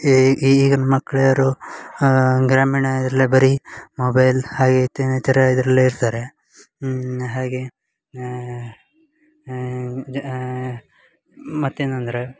ಈ ಈ ಈಗಿನ ಮಕ್ಳು ಯಾರು ಗ್ರಾಮೀಣದಲ್ಲೇ ಬರೀ ಮೊಬೈಲ್ ಹಾಗೆ ಇತ್ ಇನ್ನಿತರ ಇದರಲ್ಲೇ ಇರ್ತಾರೆ ಹಾಗೆ ಜಾ ಮತ್ತೇನು ಅಂದರೆ